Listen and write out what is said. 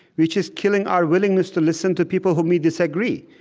which is killing our willingness to listen to people who may disagree,